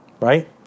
Right